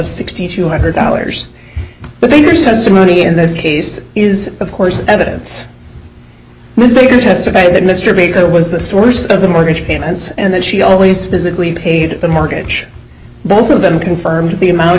sixty two hundred dollars but they never says the money in this case is of course evidence must be going to testify that mr baker was the source of the mortgage payments and that she always physically paid the mortgage both of them confirmed the amount